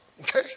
Okay